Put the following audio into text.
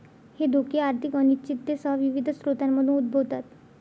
हे धोके आर्थिक अनिश्चिततेसह विविध स्रोतांमधून उद्भवतात